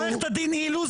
עורכת דין אילוז,